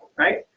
right.